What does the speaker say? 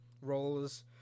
roles